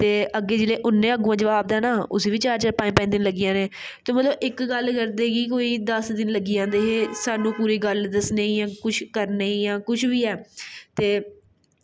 ते अग्गें जिसलै उन्नै अग्गूं दा जवाब देना उब्बी चार चार पंज पंज दिन लग्गी जाने ते मतलब इक गल्ल करदे गै कोई दस दिन लग्गी जंदे हे सानूं कुछ गल्ल दस्सने गी जां कुछ करने गी जां कुछ बी ऐ ते